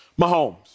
Mahomes